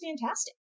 fantastic